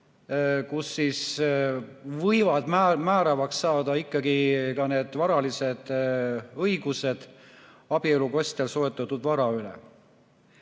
kus võivad määravaks saada ikkagi need varalised õigused abielu kestel soetatud vara